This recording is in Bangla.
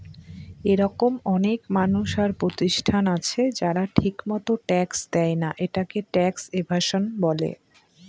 এরকম অনেক মানুষ আর প্রতিষ্ঠান আছে যারা ঠিকমত ট্যাক্স দেয়না, এটাকে ট্যাক্স এভাসন বলে